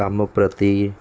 ਕੰਮ ਪ੍ਰਤੀ